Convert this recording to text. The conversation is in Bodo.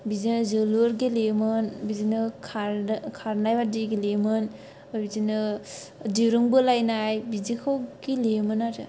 बिदिनो जोलुर गेलेयोमोन बिदिनो खारनाय बादि गेलेयोमोन आमफ्राय बिदिनो दिरुं बोलायनाय बिदिखौ गेलेयोमोन आरो